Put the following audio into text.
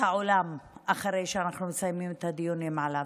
העולם אחרי שאנחנו מסיימים את הדיונים עליו.